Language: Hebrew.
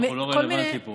הרווח הוא לא רלוונטי פה.